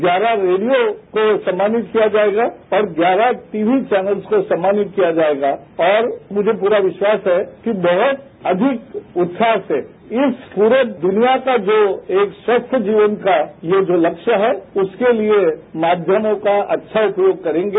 ग्यारह रेडियों को सम्मानित किया जायेगा और ग्यारह टीवी चौनल्स को सम्मानित किया जायेगा और मुझे पूरा विश्वास है कि बहुत अधिक उत्साह से इस पूरी दुनिया को जो एक स्वस्थ जीवन का ये जो लक्ष्य है उसके लिए माध्यमों का अच्छा उपयोग करेंगे और सभी सहभागी होंगे